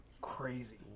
crazy